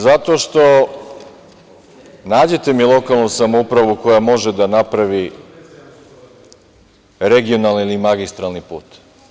Zato što, nađite mi lokalnu samoupravu koja može da napravi regionalni ili magistralni put.